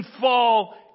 fall